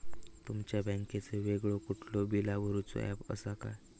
तुमच्या बँकेचो वेगळो कुठलो बिला भरूचो ऍप असा काय?